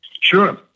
Sure